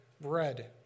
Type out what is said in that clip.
bread